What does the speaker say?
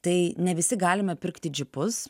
tai ne visi galime pirkti džipus